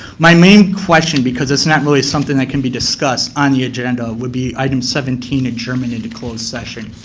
my main question, because it's not really something that can be discussed on the agenda would be item seventeen, adjourning into closed session.